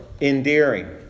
endearing